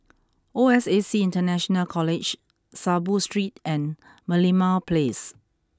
O S A C International College Saiboo Street and Merlimau Place